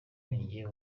ninjye